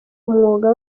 umwuga